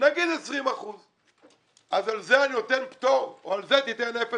נגיד 20%. אז על זה אני נותן פטור או על זה תיתן 0.25%,